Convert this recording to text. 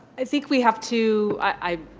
i think we have to i